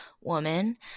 woman